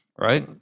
right